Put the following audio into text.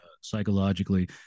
psychologically